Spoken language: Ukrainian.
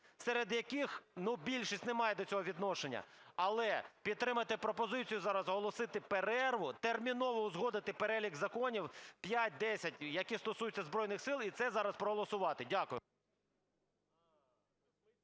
серед яких більшість не має до цього відношення. Але підтримайте пропозицію зараз оголосити перерву, терміново узгодити перелік законів, п'ять, десять, які стосуються Збройних Сил, і це зараз проголосувати. Дякую.